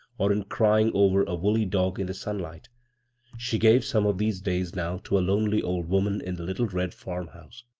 or in crying over a woolly dog in the sunlight she gave some of these days now to a lonely old woman in the littie red farmhouse.